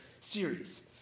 series